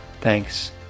Thanks